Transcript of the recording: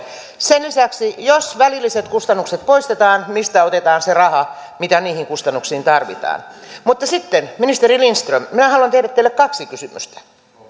sen lisäksi jos välilliset kustannukset poistetaan mistä otetaan se raha mitä niihin kustannuksiin tarvitaan mutta sitten ministeri lindström minä haluan tehdä teille kaksi kysymystä